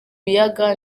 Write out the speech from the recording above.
biyaga